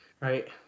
Right